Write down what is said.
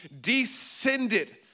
descended